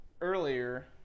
earlier